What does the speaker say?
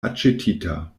aĉetita